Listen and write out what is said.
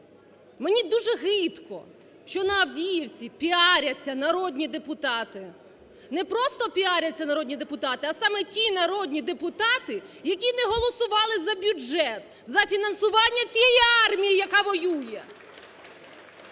Мені дуже гидко, що на Авдіївці піаряться народні депутати. Не просто піаряться народні депутати, а саме ті народні депутати, які не голосували за бюджет, за фінансування цієї армії, яка воює.